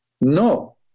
No